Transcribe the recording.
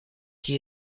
qui